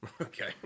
Okay